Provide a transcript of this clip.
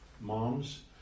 Moms